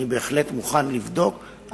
אני בהחלט מוכן לבדוק,